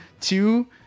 two